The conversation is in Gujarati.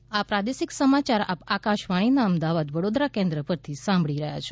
કોરોના સંદેશ આ પ્રાદેશિક સમાચાર આપ આકાશવાણીના અમદાવાદ વડીદરા કેન્દ્ર પરથી સાંભળી રહ્યા છે